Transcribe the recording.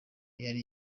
yari